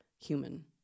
human